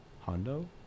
Hondo